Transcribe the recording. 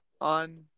on